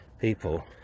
people